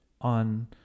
on